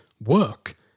work